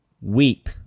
Weep